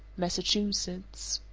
massachusetts.